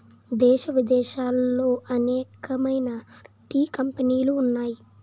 దేశ విదేశాలలో అనేకమైన టీ కంపెనీలు ఉన్నాయి